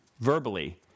verbally